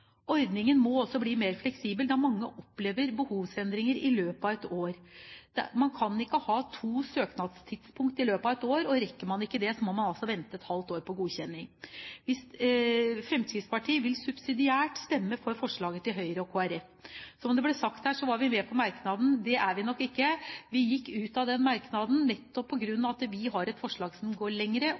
Ordningen må også bli mer fleksibel, da mange opplever behovsendringer i løpet av et år. Man kan ikke ha to søknadstidspunkter i løpet av et år. Rekker man ikke det ene tidspunktet, må man altså vente et halvt år på godkjenning. Fremskrittspartiet vil subsidiært stemme for forslaget til Høyre og Kristelig Folkeparti. Det ble sagt her at vi var med på merknaden. Det er vi nok ikke. Vi gikk ut av den merknaden nettopp på grunn av at vi har et forslag som går